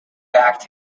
back